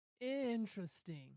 interesting